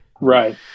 Right